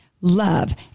love